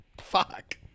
Fuck